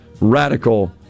radical